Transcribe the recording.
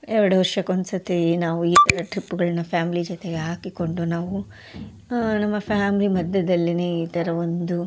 ಎರಡು ವರ್ಷಕೊಂದ್ಸತಿ ನಾವು ಈ ಥರ ಟ್ರಿಪ್ಗಳನ್ನ ಫ್ಯಾಮ್ಲಿ ಜೊತೆಗೆ ಹಾಕಿಕೊಂಡು ನಾವು ನಮ್ಮ ಫ್ಯಾಮ್ಲಿ ಮಧ್ಯದಲ್ಲಿನೇ ಈ ಥರ ಒಂದು